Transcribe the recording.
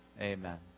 amen